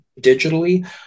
digitally